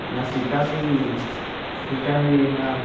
कन्नै सीटां बी सीटां बी इयां